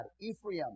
Ephraim